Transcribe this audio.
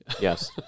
Yes